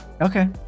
Okay